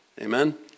Amen